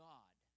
God